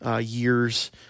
years